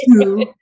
two